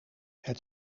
het